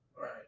Right